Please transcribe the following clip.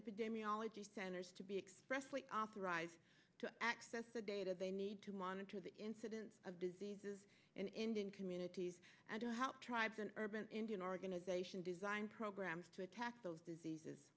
epidemiology centers to be expressway authorized to access the data they need to monitor the incidence of diseases in indian communities and how tribes an urban indian organization design programs to attack those diseases